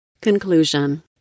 Conclusion